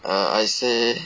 err I say